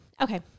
Okay